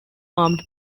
armed